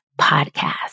podcast